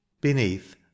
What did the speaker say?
beneath